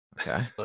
Okay